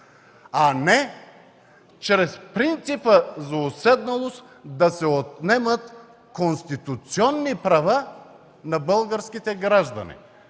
а не чрез принципа за уседналост да се отнемат конституционни права на българските граждани,